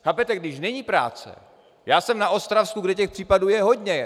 Chápete, když není práce já jsem na Ostravsku, kde těch případů je hodně.